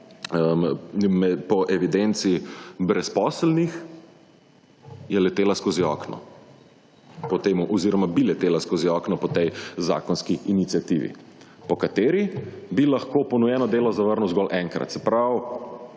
po evidenci brezposelnih je letela skozi okno oziroma bi letela skozi okno po tej zakonski iniciativi, po kateri bi lahko ponujeno delo zavrnil zgolj enkrat. Se pravi,